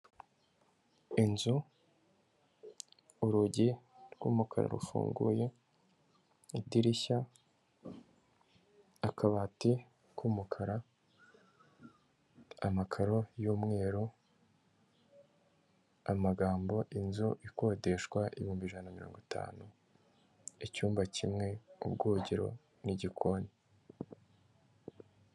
Inzu urugi rw'umukara rufunguye, idirishya, akabati k'umukara, amakaro y'umweru, amagambo inzu ikodeshwa ibihumbi ijana mirongo itanu, icyumba kimwe, ubwogero n'igikoni.